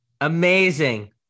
amazing